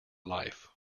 life